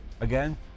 Again